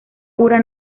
pura